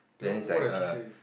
then what does he say